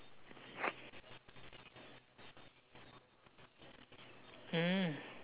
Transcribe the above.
mm